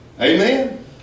Amen